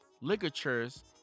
ligatures